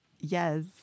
Yes